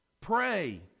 pray